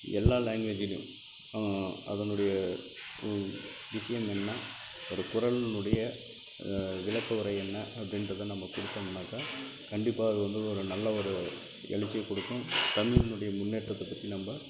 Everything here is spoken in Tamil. எல்லா லாங்குவேஜிலேயும் அதனுடைய விஷயம் என்ன ஒரு குறளினுடைய விளக்கவுரை என்ன அப்படின்றத நம்ம கொடுத்தோம்னாக்கா கண்டிப்பாக அது வந்து ஒரு நல்ல ஒரு எழுர்ச்சிய கொடுக்கும் தமிழுனுடைய முன்னேற்றத்தை பற்றி நம்ம